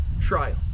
trial